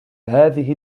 هذه